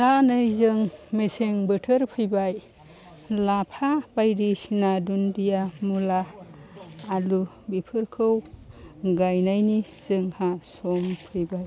दा नै जों मेसें बोथोर फैबाय लाफा बायदिसिना दुन्दिया मुला आलु बेफोरखौ गायनायनि जोंहा सम फैबाय